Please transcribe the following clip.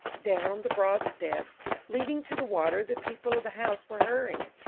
down the broad steps leading to the water the people of the house were hurrying,